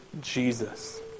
Jesus